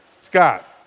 Scott